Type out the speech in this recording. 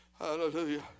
hallelujah